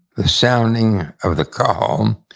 the sounding of the call. um